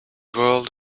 world